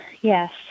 Yes